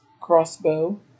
Crossbow